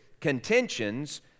contentions